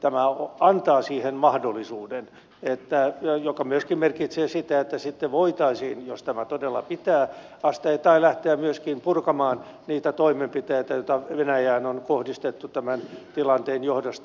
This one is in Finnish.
tämä antaa siihen mahdollisuuden mikä myöskin merkitsee sitä että sitten voitaisiin jos tämä todella pitää asteittain lähteä purkamaan niitä toimenpiteitä joita venäjään on kohdistettu tämän tilanteen johdosta